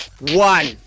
one